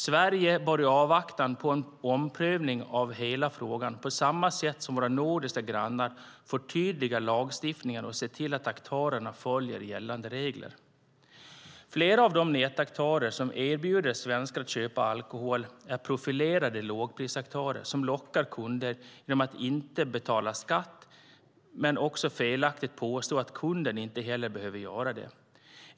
Sverige bör, i avvaktan på en omprövning av hela frågan, på samma sätt som våra nordiska grannar förtydliga lagstiftningen och se till att aktörerna följer gällande regler. Flera av de nätaktörer som erbjuder svenskar att köpa alkohol är profilerade lågprisaktörer som lockar kunder genom att inte betala skatt och också felaktigt påstår att kunderna inte heller behöver göra det.